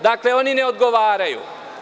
Dakle, oni ne odgovaraju.